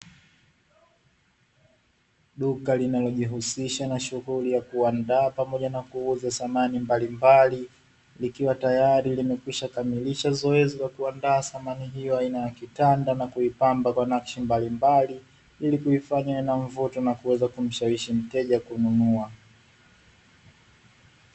Duka linalojihusisha na shughuli ya kuandaa pamoja na kuuza samani mbalimbali, likiwa tayari limekwisha kamilisha zoezi la kuandaa samani hiyo aina ya kitanda na kuipamba kwa nakshi mbalimbali, ili kuifanya iwe na mvuto na kuweza kumshawishi mteja kununua.